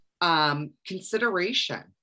Consideration